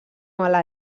mala